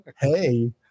Hey